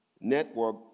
network